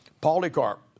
Polycarp